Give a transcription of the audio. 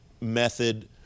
method